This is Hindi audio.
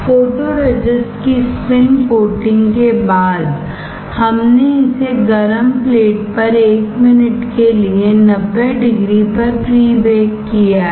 फोटोरेजिस्ट की स्पिन कोटिंग के बाद हमने इसे गर्म प्लेट पर 1 मिनट के लिए 90 डिग्री पर प्री बेक किया है